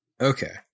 Okay